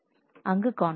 அங்கு கான்பிலிக்ட்